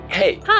Hey